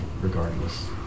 regardless